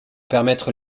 permettre